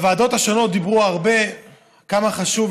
בוועדות השונות דיברו הרבה על כמה חשוב